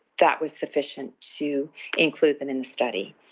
that was sufficient to include them in the study.